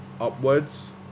upwards